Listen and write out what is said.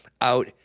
out